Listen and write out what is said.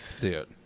dude